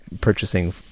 purchasing